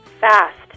fast